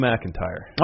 McIntyre